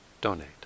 donate